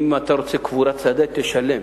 אם אתה רוצה קבורת שדה, תשלם.